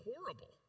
horrible